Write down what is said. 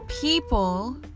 people